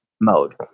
mode